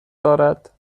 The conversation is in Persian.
دارد